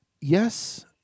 Yes